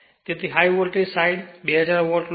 તેથી high voltage side E2000 volt લો